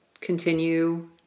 continue